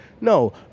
No